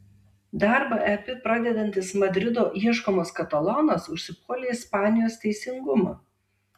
darbą ep pradedantis madrido ieškomas katalonas užsipuolė ispanijos teisingumą